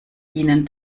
ihnen